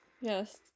Yes